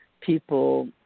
people